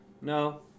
No